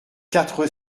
quatre